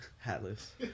Hatless